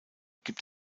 gibt